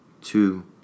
two